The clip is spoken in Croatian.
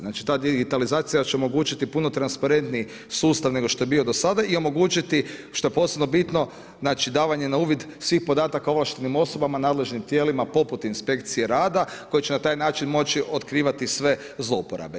Znači ta digitalizacija će omogućiti puno transparentniji sustav nešto što je bio do sada i omogućiti što je posebno bitno, znači davanje na uvid svim podataka ovlaštenim osobama, nadležnim tijelima, poput inspekcije rada, koji će na taj način moći otkrivati sve zlouporabe.